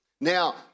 now